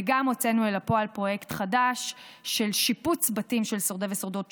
וגם הוצאנו אל הפועל פרויקט חדש של שיפוץ בתים של שורדי ושורדות שואה,